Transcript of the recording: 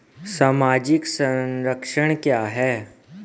सामाजिक संरक्षण क्या है?